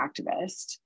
activist